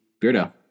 Beardo